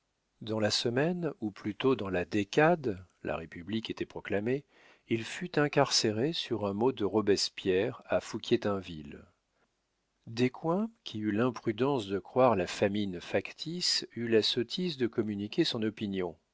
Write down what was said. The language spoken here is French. dans la semaine ou plutôt dans la décade la république était proclamée il fut incarcéré sur un mot de roberspierre à fouquier-tinville descoings qui eut l'imprudence de croire la famine factice eut la sottise de communiquer son opinion